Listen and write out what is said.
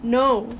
no